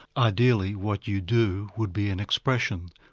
ideally, what you do would be an expression,